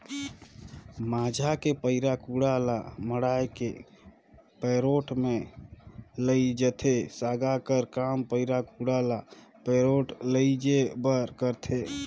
माझा मे पैरा कुढ़ा ल मढ़ाए के पैरोठ मे लेइजथे, सागा कर काम पैरा कुढ़ा ल पैरोठ लेइजे बर करथे